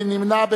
מי נמנע?